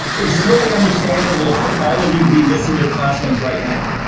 it's totally understandable for all of you to be missing your classmates right now.